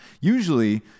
Usually